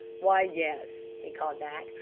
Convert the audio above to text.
why, yes, he called back,